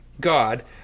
god